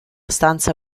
stanza